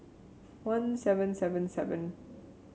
one seven seven seven